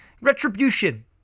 retribution